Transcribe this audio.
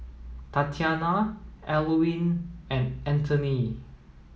Tatianna Alwine and Antony